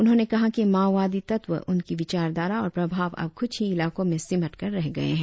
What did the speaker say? उन्होंने कहा कि माओवादी तत्व उनकी विचारधारा और प्रभाव अब कुछ ही इलाकों में सिमट कर रह गए हैं